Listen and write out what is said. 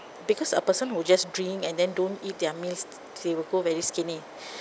because a person who just drink and then don't eat their meals they will go very skinny